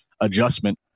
adjustment